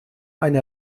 eine